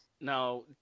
Now